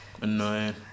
Annoying